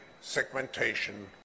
segmentation